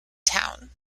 town